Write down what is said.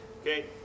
Okay